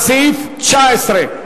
על סעיף 19,